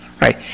right